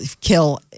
kill